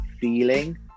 feeling